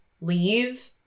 leave